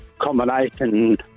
combination